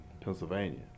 Pennsylvania